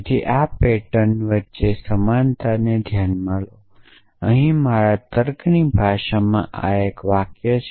તેથી આ પેટર્ન વચ્ચે સમાનતા ધ્યાનમાં લો અહીં મારી તર્ક ની ભાષામાં આ એક વાક્ય છે